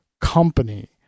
company